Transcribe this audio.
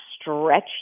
stretch